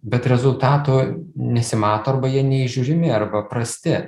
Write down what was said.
bet rezultatų nesimato arba jie neįžiūrimi arba prasti